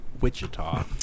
Wichita